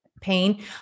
pain